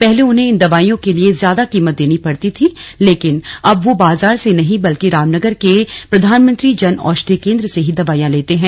पहले उन्हें इन दवाईयों के लिए ज्यादा कीमत देनी पड़ती थी लेकिन अब वो बाजार से नहीं बल्कि रामनगर के प्रधानमंत्री जन औषधि केंद्र से ही दवाईयां लेते है